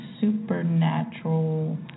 supernatural